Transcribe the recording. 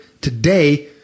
today